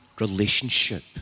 relationship